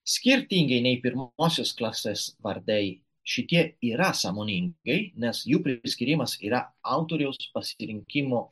skirtingai nei pirmosios klasės vardai šitie yra sąmoningi nes jų priskyrimas yra autoriaus pasirinkimo